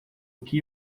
que